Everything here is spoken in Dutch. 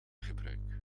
gebruik